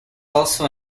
also